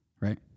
right